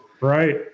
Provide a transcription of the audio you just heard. Right